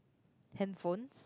handphones